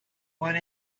want